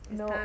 no